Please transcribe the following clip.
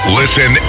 listen